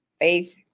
faith